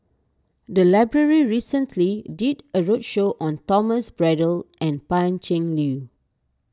the library recently did a roadshow on Thomas Braddell and Pan Cheng Liu